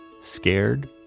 scared